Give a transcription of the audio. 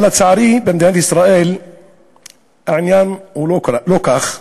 אבל, לצערי, במדינת ישראל העניין הוא לא כך,